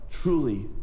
truly